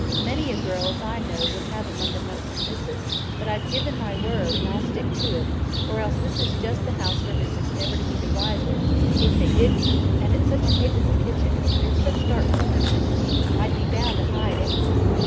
many a girl as i know would have em unbeknownst to missus but i've given my word, and i'll stick to it or else this is just the house for missus never to be the wiser if they did come and it's such a capable kitchen there's such dark corners in it i'd be bound to hide any one.